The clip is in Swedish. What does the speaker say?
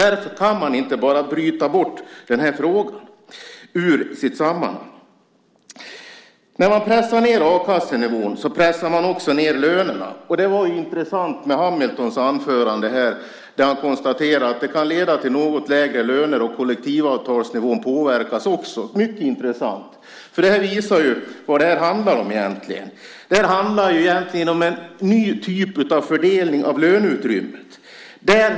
Därför kan man inte heller bryta ut den här frågan ur sitt sammanhang. När man pressar ned a-kassenivån pressar man också ned lönerna. Hamiltons anförande var intressant. Han konstaterar att det kan leda till något lägre löner och till att även kollektivavtalsnivån påverkas. Mycket intressant! Det visar vad det egentligen handlar om, nämligen en ny typ av fördelning av löneutrymmet.